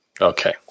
Okay